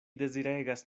deziregas